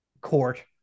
court